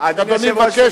אני מבקש,